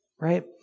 right